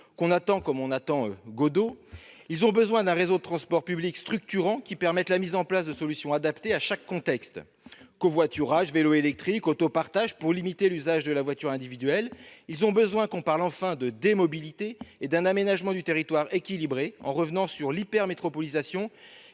l'on attend comme on attend Godot ; ils ont besoin de transports publics structurants qui permettent la mise en place de solutions adaptées à chaque contexte- covoiturage, vélo électrique, autopartage -, de manière à limiter l'usage de la voiture individuelle ; ils ont besoin que l'on parle, enfin, de « démobilité » et d'un aménagement du territoire équilibré, qui reviendrait sur l'hypermétropolisation,